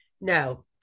No